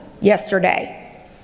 yesterday